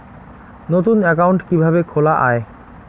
নতুন একাউন্ট কিভাবে খোলা য়ায়?